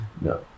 No